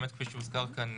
באמת כפי שהוזכר כאן,